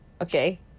okay